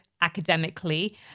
academically